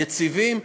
יציבים,